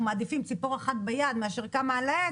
מעדיפים ציפור אחת ביד מאשר כמה על העץ,